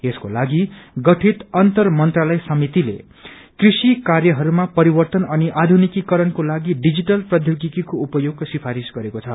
यसकोलागि गठित अंतरमंत्रालय समितिले कृषि कार्यहरूमा परिवर्त्तन अनि आयुनिकीकरणकोलागि डिजिटल प्रीष्यौगिकीको उपयोगको सिफारिश गरेको छ